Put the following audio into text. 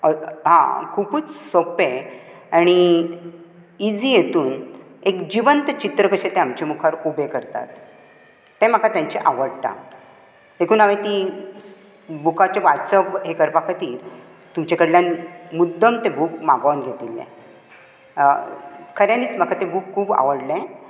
अ आं खुबूच सोंपें आनी इझी हेतूंत एक जिवंत चित्र कशें तें आमचे मुखार उबें करतात तें म्हाका तेंचे आवडटा देखून हांवें ती बुकाचे वाचप हें करपा खातीर तुमचे कडल्यान मुद्दाम तें बूक मागोवन घेतिल्लें अं खऱ्यांनीच म्हाका तें बूक खूब आवडलें